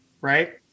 right